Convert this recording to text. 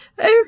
Okay